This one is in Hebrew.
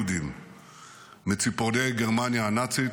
יהודים מציפורני גרמניה הנאצית.